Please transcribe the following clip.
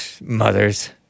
Mothers